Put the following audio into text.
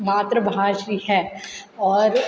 मातृभाषी है और